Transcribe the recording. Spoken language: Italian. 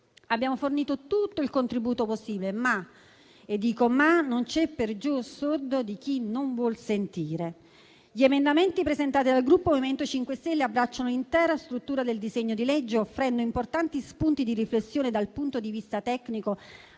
Abbiamo fornito tutto il contributo possibile, ma non c'è peggior sordo di chi non vuol sentire. Gli emendamenti presentati dal Gruppo MoVimento 5 Stelle abbracciano l'intera struttura del disegno di legge, offrendo importanti spunti di riflessione dal punto di vista tecnico,